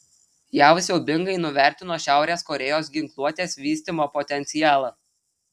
jav siaubingai nuvertino šiaurės korėjos ginkluotės vystymo potencialą